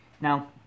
now